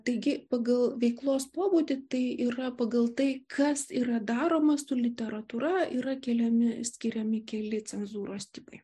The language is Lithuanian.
taigi pagal veiklos pobūdį tai yra pagal tai kas yra daroma su literatūra yra keliami skiriami keli cenzūros tipai